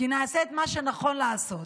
כי נעשה את מה שנכון לעשות.